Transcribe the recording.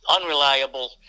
unreliable